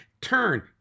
turn